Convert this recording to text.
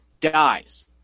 dies